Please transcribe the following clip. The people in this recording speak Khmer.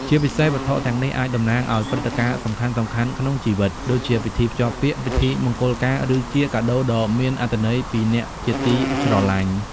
ជាពិសេស វត្ថុទាំងនេះអាចតំណាងឲ្យ ព្រឹត្តិការណ៍សំខាន់ៗ ក្នុងជីវិត ដូចជាពិធីភ្ជាប់ពាក្យ ពិធីមង្គលការ ឬជាកាដូដ៏មានអត្ថន័យពីអ្នកជាទីស្រឡាញ់។